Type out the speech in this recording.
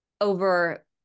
over